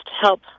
help